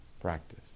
practice